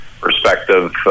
perspective